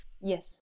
Yes